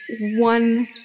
one